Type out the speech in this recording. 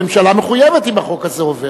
הממשלה מחויבת אם החוק הזה עובר.